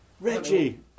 Reggie